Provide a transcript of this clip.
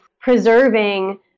preserving